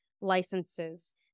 licenses